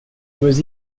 was